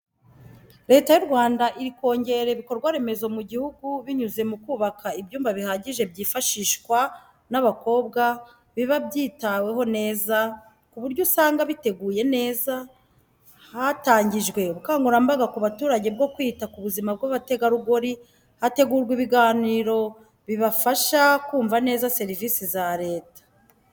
Leta y'u Rwanda iri kongera ibikorwaremezo mu gihugu binyuze mu kubaka ibyumba bihagije byifashishwa n'abakobwa biba byitahweho neza, ku buryo usanga biteguye nez. Hatangijwe ubukangurambaga ku baturage bwo kwita ku buzima bw'abategarugori hategurwa ibiganiro bibafasha kumva neza serivisi za Leta.